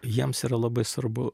jiems yra labai svarbu